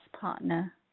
partner